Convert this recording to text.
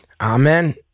Amen